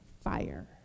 fire